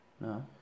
No